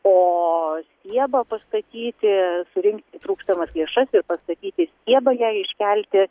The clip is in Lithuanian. ooo stiebą pastatyti surinkti trūkstamas lėšas ir pastatyti stiebą ją iškelti